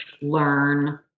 learn